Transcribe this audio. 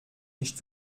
nicht